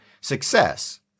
success